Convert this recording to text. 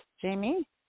Jamie